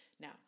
Now